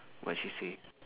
what she say